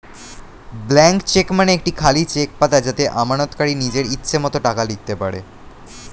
blank cheque মানে একটি খালি চেক পাতা যাতে আমানতকারী নিজের ইচ্ছে মতো টাকা লিখতে পারে